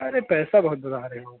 अरे पैसा बहुत बता रहे हो